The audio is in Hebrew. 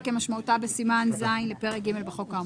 כמשמעותה בסימן ז' לפרק ג' בחוק האמור?